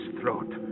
throat